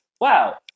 wow